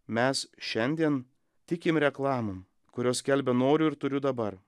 mes šiandien tikim reklamom kurios skelbia noriu ir turiu dabar